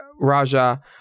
Raja